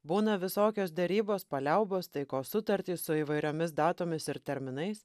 būna visokios derybos paliaubos taikos sutartys su įvairiomis datomis ir terminais